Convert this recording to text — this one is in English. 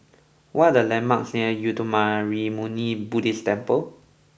what are the landmarks near Uttamayanmuni Buddhist Temple